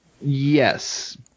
Yes